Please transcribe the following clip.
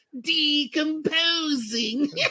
decomposing